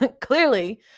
Clearly